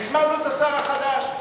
הזמנו את השר החדש,